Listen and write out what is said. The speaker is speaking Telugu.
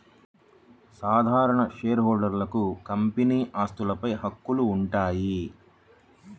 సాధారణ షేర్హోల్డర్లకు కంపెనీ ఆస్తులపై హక్కులు ఉంటాయి